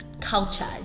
Culture